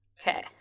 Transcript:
Okay